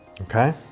Okay